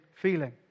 feeling